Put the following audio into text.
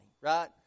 right